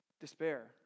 despair